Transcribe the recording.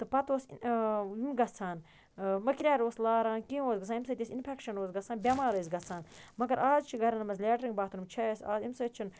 تہٕ پَتہٕ اوس گژھان مٔکریٛار اوس لاران کینٛہہ اوس گژھان اَمہِ سۭتۍ اَسہِ اِنفٮ۪کشَن اوس گژھان بٮ۪مار ٲسۍ گژھان مگر اَز چھِ گَرَن منٛز لیٹریٖن باتھروٗم چھِ اَسہِ اَز اَمہِ سۭتۍ چھِنہٕ